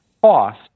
cost